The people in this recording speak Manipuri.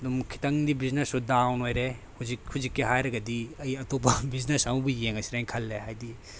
ꯑꯗꯨꯝ ꯈꯤꯇꯪꯗꯤ ꯕꯤꯖꯤꯅꯦꯁꯁꯨ ꯗꯥꯎꯟ ꯑꯣꯏꯔꯦ ꯍꯧꯖꯤꯛ ꯍꯧꯖꯤꯛꯀꯤ ꯍꯥꯏꯔꯒꯗꯤ ꯑꯩ ꯑꯇꯣꯞꯄ ꯕꯤꯖꯤꯅꯦꯁ ꯑꯃꯕꯨ ꯌꯦꯡꯉꯁꯤꯔꯅ ꯈꯜꯂꯦ ꯍꯥꯏꯕꯗꯤ